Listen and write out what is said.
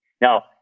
Now